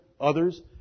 others